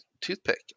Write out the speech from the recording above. toothpick